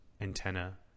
antenna